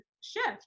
shift